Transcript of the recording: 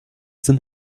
sind